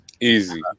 easy